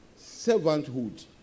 Servanthood